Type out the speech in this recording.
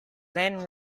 then